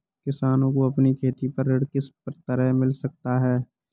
किसानों को अपनी खेती पर ऋण किस तरह मिल सकता है?